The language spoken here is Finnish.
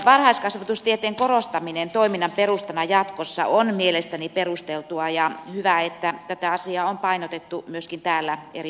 varhaiskasvatustieteen korostaminen toiminnan perustana jatkossa on mielestäni perusteltua ja hyvä että tätä asiaa on painotettu myöskin täällä eri puheenvuoroissa